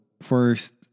first